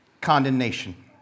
condemnation